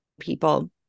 people